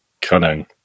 Cunning